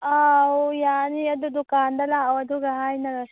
ꯑꯥꯎ ꯌꯥꯅꯤ ꯑꯗꯨ ꯗꯨꯀꯥꯟꯗ ꯂꯥꯛꯑꯣ ꯑꯗꯨꯒ ꯍꯥꯏꯅꯔꯁꯦ